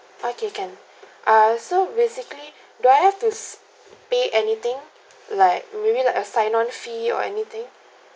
okay can err so basically where to s~ pay anything like maybe like a sign on fee or anything